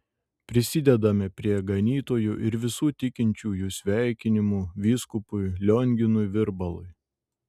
prisidedame prie ganytojų ir visų tikinčiųjų sveikinimų vyskupui lionginui virbalui